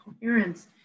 coherence